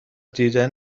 دیدن